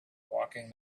walking